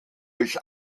durch